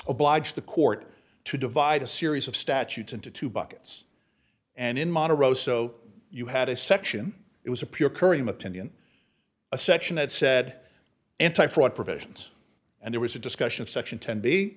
oblige the court to divide a series of statutes into two buckets and in modern row so you had a section it was a pure currying opinion a section that said anti fraud provisions and there was a discussion of section ten b